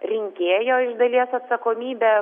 rinkėjo iš dalies atsakomybė